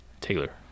Taylor